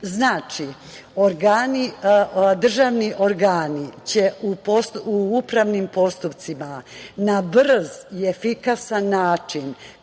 Znači, organi državni će u upravnim postupcima na brz i efikasan način